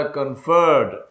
conferred